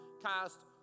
cast